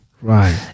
Right